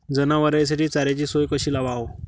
जनावराइसाठी चाऱ्याची सोय कशी लावाव?